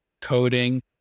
coding